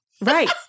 Right